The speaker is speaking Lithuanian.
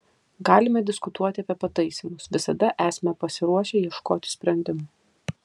galime diskutuoti apie pataisymus visada esame pasiruošę ieškoti sprendimų